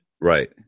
right